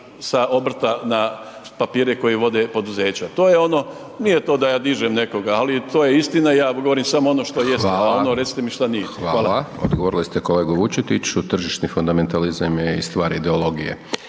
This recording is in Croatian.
sa obrta na papire koje vode poduzeća. Nije to da ja dižem nekoga ali to je istina i ja govorim samo ono što jest a ono recite mi šta nije. Hvala. **Hajdaš Dončić, Siniša (SDP)** Hvala. Odgovorili ste kolegi Vučetiću, tržišni fundamentalizam je i stvar ideologije